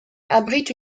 abrite